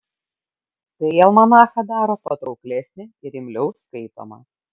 tai almanachą daro patrauklesnį ir imliau skaitomą